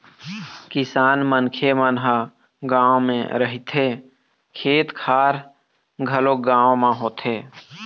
किसान मनखे मन ह गाँव म रहिथे, खेत खार घलोक गाँव म होथे